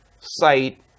site